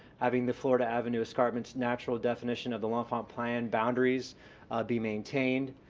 having the florida avenue escarpment's natural definition of the l'enfant plan boundaries be maintained.